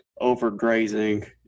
overgrazing